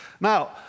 Now